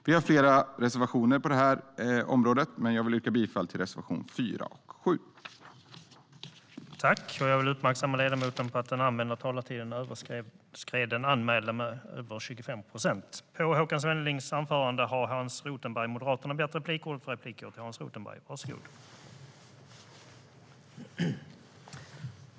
Vi har flera reservationer på det här området, men jag vill yrka bifall till reservationerna 4 och 7.